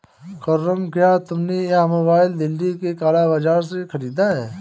खुर्रम, क्या तुमने यह मोबाइल दिल्ली के काला बाजार से खरीदा है?